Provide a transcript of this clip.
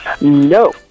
no